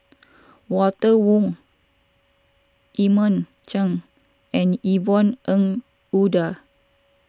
Walter Woon Edmund Chen and Yvonne Ng Uhde